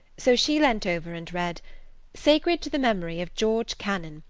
so she leant over and read sacred to the memory of george canon,